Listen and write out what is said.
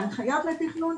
בהנחיית התכנול,